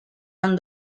han